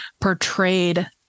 portrayed